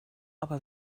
aber